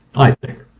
i think.